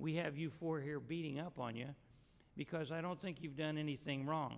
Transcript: we have you for here beating up on you because i don't think you've done anything wrong